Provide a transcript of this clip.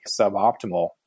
suboptimal